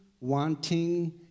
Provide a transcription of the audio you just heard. wanting